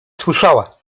słyszała